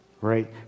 right